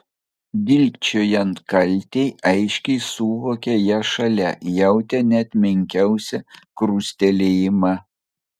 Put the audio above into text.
dilgčiojant kaltei aiškiai suvokė ją šalia jautė net menkiausią krustelėjimą